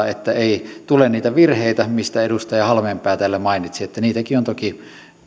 että ei tule niitä virheitä mistä edustaja halmeenpää täällä mainitsi niitäkin on toki